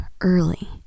early